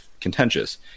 contentious